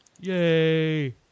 Yay